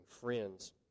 friends